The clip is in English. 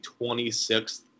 26th